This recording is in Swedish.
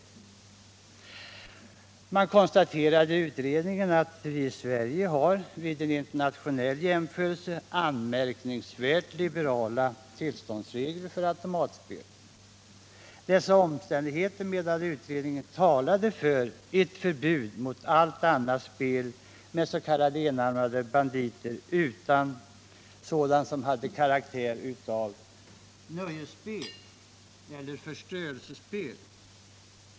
Utredningen konstaterade att det vid en internationell jämförelse framgår att vi i Sverige har anmärkningsvärt liberala tillståndsregler för automatspel. Utredningen menar att dessa omständigheter talar för ett förbud mot allt annat spel med s.k. enarmade banditer än sådant som har karaktär av förströelsespel.